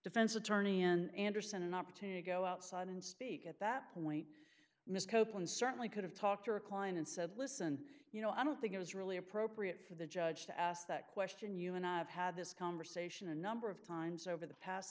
defense attorney and anderson an opportunity go outside and speak at that point ms copeland certainly could have talked to recline and said listen you know i don't think it was really appropriate for the judge to ask that question you and i have had this conversation a number of times over the past